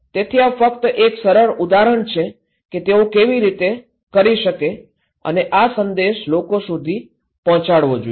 તેથી આ ફક્ત એક સરળ ઉદાહરણ છે કે તેઓ તે કેવી રીતે કરી શકે અને આ સંદેશ લોકો સુધી પહોંચાડવો જોઈએ